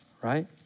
Right